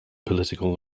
political